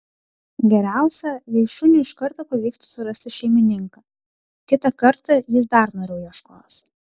geriausia jei šuniui iš karto pavyktų surasti šeimininką kitą kartą jis dar noriau ieškos